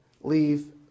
leave